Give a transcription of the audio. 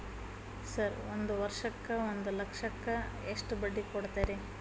Sir ಒಂದು ವರ್ಷಕ್ಕ ಒಂದು ಲಕ್ಷಕ್ಕ ಎಷ್ಟು ಬಡ್ಡಿ ಕೊಡ್ತೇರಿ?